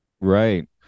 Right